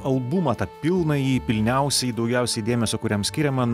albumą tą pilnąjį pilniausiai daugiausiai dėmesio kuriam skiriama